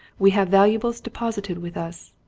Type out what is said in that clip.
we have valuables deposited with us.